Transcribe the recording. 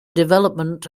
development